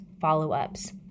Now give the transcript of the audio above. follow-ups